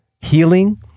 healing